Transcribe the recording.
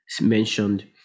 mentioned